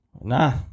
Nah